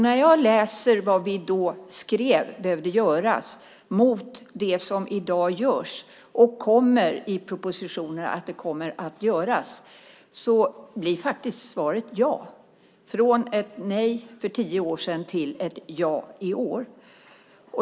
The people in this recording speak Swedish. När jag läser vad vi då skrev behövde göras mot det som i dag görs och som finns i propositioner blir faktiskt svaret ja, från ett nej för tio år sedan till ett ja i år.